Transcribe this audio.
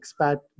expat